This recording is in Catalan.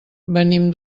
venim